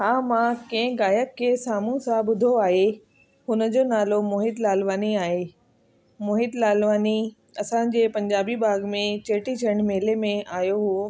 हा मां कंहिं गायक के साम्हूं सां ॿुधो आहे उनजो नालो मोहित लालवानी आहे मोहित लालवानी असांजे पंजाबी बाग में चेटीचंड मेले में आयो हो